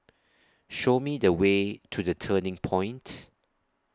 Show Me The Way to The Turning Point